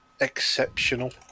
exceptional